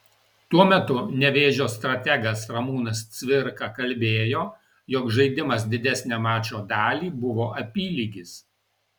tuo metu nevėžio strategas ramūnas cvirka kalbėjo jog žaidimas didesnę mačo dalį buvo apylygis